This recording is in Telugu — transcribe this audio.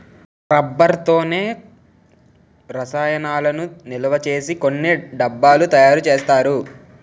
రబ్బర్ తోనే రసాయనాలను నిలవసేసి కొన్ని డబ్బాలు తయారు చేస్తారు